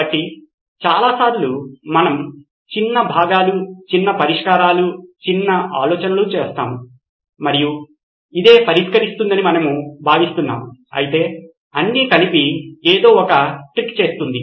కాబట్టి చాలా సార్లు మనం చిన్న భాగాలు చిన్న పరిష్కారాలు చిన్న ఆలోచనలు చూస్తాము మరియు ఇదే పరిష్కరిస్తుందని మనము భావిస్తున్నాము అయితే అన్ని కలిపి ఏదో ఒక ట్రిక్ చేస్తుంది